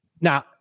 Now